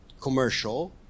commercial